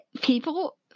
people